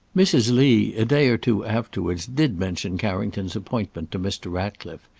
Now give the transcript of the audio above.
mrs. lee, a day or two afterwards, did mention carrington's appointment to mr. ratcliffe,